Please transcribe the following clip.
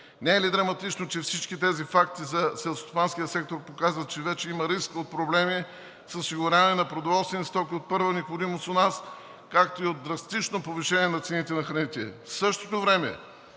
Не е ли драматично, че всички тези факти за селскостопанския сектор показват, че вече има риск от проблеми за осигуряване на продоволствени стоки от първа необходимост у нас, както и от драстично повишение на цените на храните.